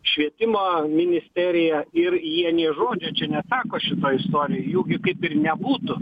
švietimo ministerija ir jie nė žodžio čia nesako šitoj istorijoj jų gi kaip ir nebūtų